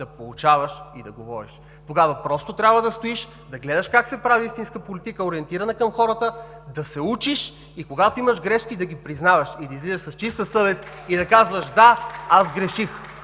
да поучаваш и да говориш! Тогава просто трябва да стоиш, да гледаш как се прави истинска политика, ориентирана към хората, да се учиш и когато имаш грешки – да ги признаваш, да излизаш с чиста съвест и да казваш: „Да, аз сгреших”,